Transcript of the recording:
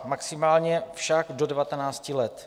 Maximálně však do 19 let.